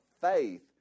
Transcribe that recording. faith